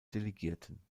delegierten